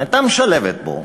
אם הייתה משלבת בו,